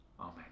Amen